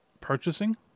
purchasing